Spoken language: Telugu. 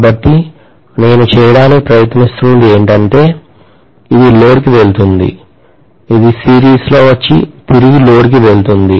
కాబట్టి నేను చేయటానికి ప్రయత్నిస్తున్నది ఏమిటంటే ఇది లోడ్కు వెళుతోంది ఇది సిరీస్లో వచ్చి తిరిగి లోడ్కు వెళ్తుంది